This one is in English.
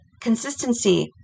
consistency